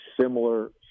similar